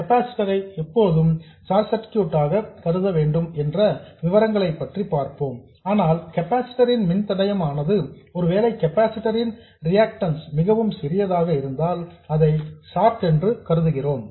capacitors ஐ எப்போதும் short ஆக கருத வேண்டும் என்ற விவரங்களை பற்றி பார்ப்போம் ஆனால் கெபாசிட்டர் ன் மின்தடையானது ஒருவேலை கெபாசிட்டர் ன் ரிஆக்டன்ஸ் மிகவும் சிறியதாக இருந்தால் அதை ஷார்ட் என்று கருத வேண்டும்